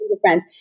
friends